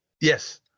yes